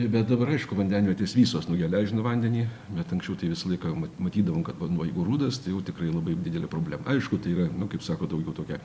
bet dabar aišku vandenvietės visos nugeležino vandenį bet anksčiau tai visą laiką mat matydavom kad vanduo jeigu rudas tai jau tikrai labai didelė problema aišku tai yra nu kaip sako daugiau tokia